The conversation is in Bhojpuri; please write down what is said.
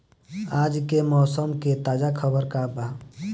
आज के मौसम के ताजा खबर का बा?